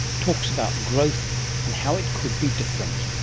talks about growth and how it could be different.